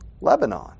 lebanon